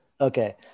Okay